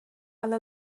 ale